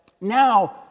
Now